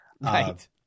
Right